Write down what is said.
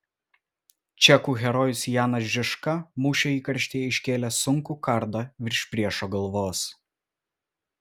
čekų herojus janas žižka mūšio įkarštyje iškėlė sunkų kardą virš priešo galvos